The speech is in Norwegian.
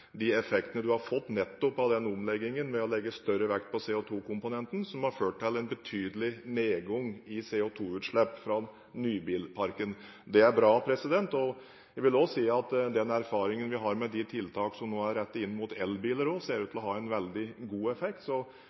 de effektene en har fått nettopp av omleggingen med å legge større vekt på CO2-komponenten, som har ført til en betydelig nedgang i CO2-utslipp fra nybilparken – det er bra. Det andre er at den erfaringen vi har med de tiltak som nå er rettet inn mot elbiler, ser ut til å ha en veldig god effekt.